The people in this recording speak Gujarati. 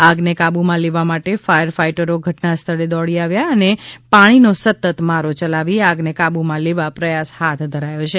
આગને કાબૂમાં લેવા માટે ફાયર ફાઈટરો ઘટનાસ્થળે દોડી આવ્યા અને પાણીનો સતત મારો ચલાવી આગને કાબૂમાં લેવા પ્રયાસ હાથ ધરાયો છે